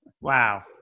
Wow